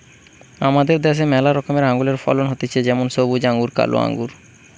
আমাদের দ্যাশে ম্যালা রকমের আঙুরের ফলন হতিছে যেমন সবুজ আঙ্গুর, কালো আঙ্গুর